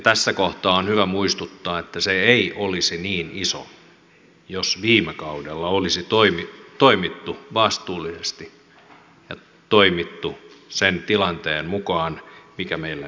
tässä kohtaa on hyvä muistuttaa että se ei olisi niin iso jos viime kaudella olisi toimittu vastuullisesti ja toimittu sen tilanteen mukaan mikä meillä nyt on edessä